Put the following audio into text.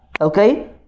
Okay